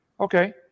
Okay